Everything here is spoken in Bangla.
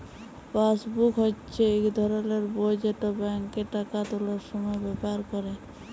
পাসবুক হচ্যে ইক ধরলের বই যেট ব্যাংকে টাকা তুলার সময় ব্যাভার ক্যরে